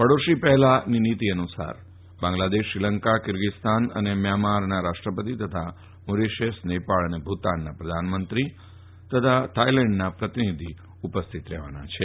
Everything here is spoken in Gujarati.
પડોશી પહેલાની નીતિ અનુસાર બાંગ્લાદેશ શ્રીલંકા કિર્ગીસ્તાન અને મ્યાંમારના રાષ્ટ્રપતિ તથા મોરિશિયસ નેપાળ ભુતાનના પ્રધાનમંત્રી અને થાઈલેન્ડના પ્રતિનિધિ ફાજર રહેવાના છે